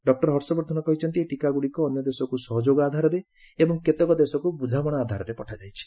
doctor Harshvardhan କହିଛନ୍ତି ଏହି ଟିକାଗୁଡ଼ିକ ଅନ୍ୟଦେଶକୁ ସହଯୋଗ ଆଧାରରେ ଏବଂ କେତେକ ଦେଶକୁ ବୁଝାମଣା ଆଧାରରେ ପଠାଯାଇଛି